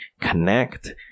connect